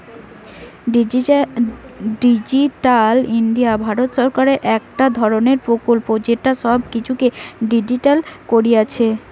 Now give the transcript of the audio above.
digital India ভারত সরকারের একটা ধরণের প্রকল্প যেটা সব কিছুকে ডিজিটালিসড কোরছে